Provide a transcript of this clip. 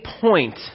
point